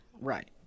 Right